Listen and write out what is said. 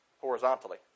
horizontally